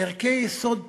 ערכי יסוד בסיסיים,